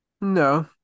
No